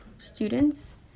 Students